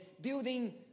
building